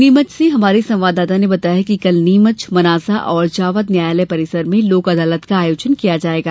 नीमच से हमारे संवाददाता ने बताया है कि कल नीमच मनासा और जावद न्यायालय परिसर में लोक अदालत का आयोजन किया जाएगा